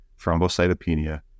thrombocytopenia